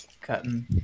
Cutting